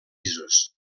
pisos